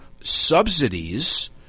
subsidies